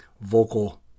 vocal